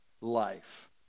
life